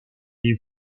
les